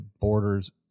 borders